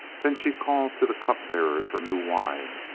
then she called to the cupbearers for new wine,